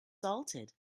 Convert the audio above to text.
salted